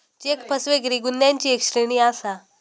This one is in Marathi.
चेक फसवेगिरी गुन्ह्यांची एक श्रेणी आसा